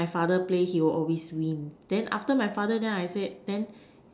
my father play he will always win then after my father then I say